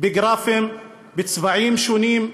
בגרפים בצבעים שונים,